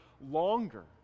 longer